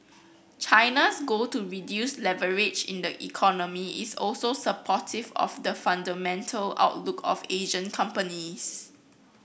China's goal to reduce leverage in the economy is also supportive of the fundamental outlook of Asian companies